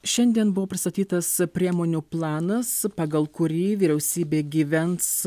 šiandien buvo pristatytas priemonių planas pagal kurį vyriausybė gyvens